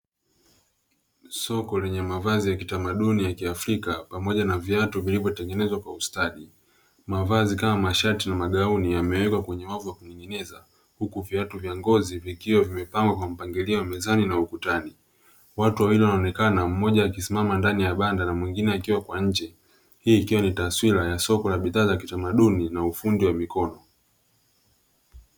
Soko lenye mavazi ya kitamaduni ya kiafrika pamoja na viatu vilivyotengenezwa kwa ustadi. Mavazi kama mashati na magauni yamewekwa kwenye wavu wa kuning'iniza. Huku viatu vya ngozi vikiwa vimepangwa kwa mpangilio mezani na ukutani. Watu wawili wanaonekana mmoja akisimama ndani ya banda na mwingine akiwa kwa nje. Hii ikiwa ni taswira ya soko la bidhaa za kitamaduni na ufundi wa mikono.